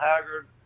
Haggard